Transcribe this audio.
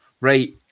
Right